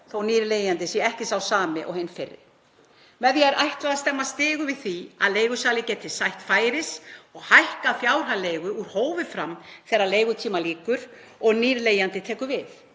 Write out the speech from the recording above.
að nýr leigjandi sé ekki sá sami og hinn fyrri. Með því er ætlað að stemma stigu við því að leigusali geti sætt færis að hækka fjárhæð leigu úr hófi fram þegar leigutíma lýkur og nýr leigjandi tekur við.